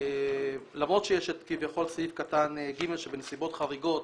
למרות שיש את סעיף קטן (ג) שבנסיבות חריגות